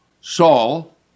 Saul